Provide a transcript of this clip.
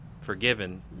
forgiven